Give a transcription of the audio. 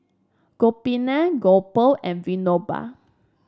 Gopinath Gopal and Vinoba